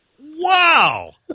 Wow